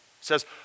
says